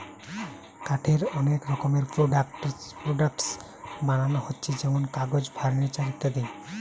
কাঠের অনেক রকমের প্রোডাক্টস বানানা হচ্ছে যেমন কাগজ, ফার্নিচার ইত্যাদি